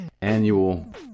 annual